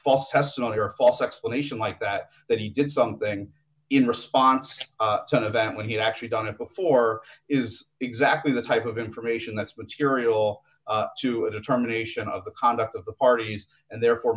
false testimony or false explanation like that that he did something in response to that when he actually done it before is exactly the type of information that's been serial to a determination of the conduct of the parties and therefore